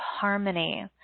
harmony